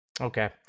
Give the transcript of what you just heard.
okay